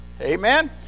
Amen